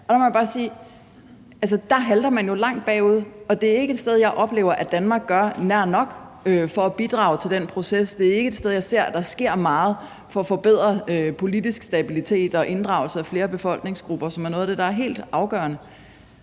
Der halter man jo langt bagefter, og det er ikke et sted, hvor jeg oplever, at Danmark gør nær nok for at bidrage til den proces. Det er ikke et sted, hvor jeg ser, at der sker meget i forhold til at forbedre den politiske stabilitet og i forhold til at inddrage flere befolkningsgrupper, som er noget af det, der er helt afgørende.